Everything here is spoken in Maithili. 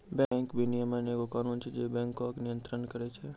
बैंक विनियमन एगो कानून छै जे बैंको के नियन्त्रण करै छै